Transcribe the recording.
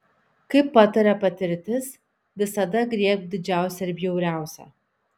kaip pataria patirtis visada griebk didžiausią ir bjauriausią